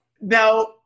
Now